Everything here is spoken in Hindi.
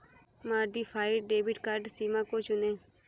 मॉडिफाइड डेबिट कार्ड सीमा को चुनें